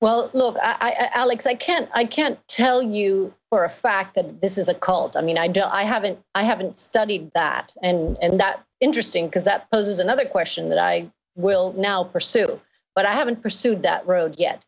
well look i likes i can't i can't tell you for a fact that this is a cult i mean i don't i haven't i haven't studied that and that interesting because that was another question that i will now pursue but i haven't pursued that road yet